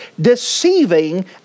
deceiving